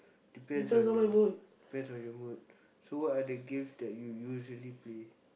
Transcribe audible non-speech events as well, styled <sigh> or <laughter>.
depends on your <noise> depends on your mood so what are the games that you usually play